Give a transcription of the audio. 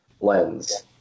lens